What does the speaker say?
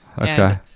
Okay